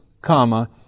comma